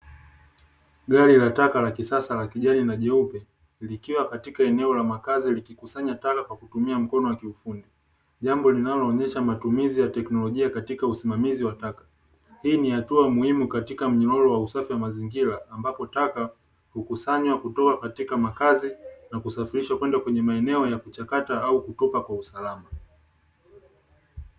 Gari la taka la kisasa la kijani na nyeupe, likiwa katika eneo la makazi yakikusanya taka kwa mkono wa kiufundi. Jambo linaloonyesha matumizi ya teknolojia katika usimamizi wa taka. Hii ni hatua muhimu katika mnyororo wa usafi wa mazingira ambapo, taka hukusanywa kutoka katika makazi na kusafirishwa kwenda kwenye maeneo ya kuchakata au kutupa kwa usalama.